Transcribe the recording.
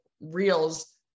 reels